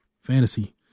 fantasy